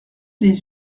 des